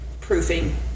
proofing